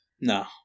No